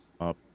up